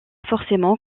forcément